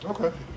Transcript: Okay